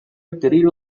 requerir